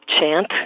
chant